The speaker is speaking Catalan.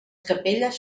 capelles